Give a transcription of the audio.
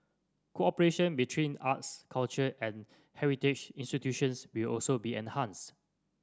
cooperation between arts culture and heritage institutions will also be enhanced